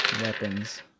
weapons